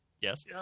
Yes